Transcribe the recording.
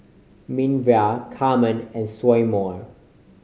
Minervia Carmen and Seymour